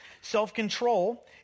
Self-control